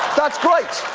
that's great!